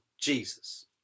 Jesus